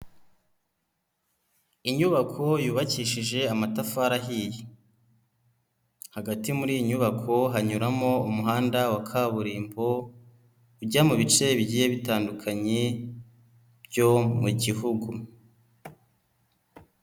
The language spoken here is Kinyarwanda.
Inyubako yubakishije amatafari ahiye, hagati muri iyi nyubako hanyuramo umuhanda wa kaburimbo ujya mu bice bigiye bitandukanye byo mu gihugu.